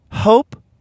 Hope